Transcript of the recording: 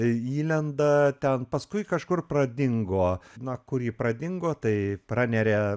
įlenda ten paskui kažkur pradingo na kur ji pradingo tai praneria